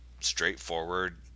straightforward